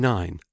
Nine